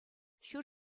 ҫур